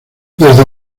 desde